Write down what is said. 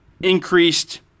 increased